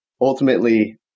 ultimately